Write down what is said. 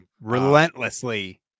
relentlessly